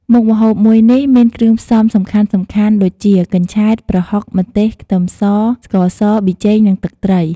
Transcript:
មុខម្ហូបមួយនេះមានគ្រឿងផ្សំសំខាន់ៗដូចជា កញ្ឆែត ប្រហុក ម្ទេស ខ្ទឹមស ស្ករស ប៊ីចេង និងទឹកត្រី។